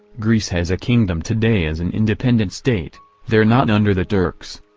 greece has a kingdom today as an independent state they're not under the turks.